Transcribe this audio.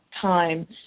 time